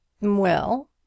Well